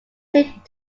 seemed